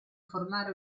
formare